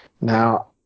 Now